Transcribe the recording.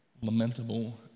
lamentable